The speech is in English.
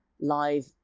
live